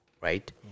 right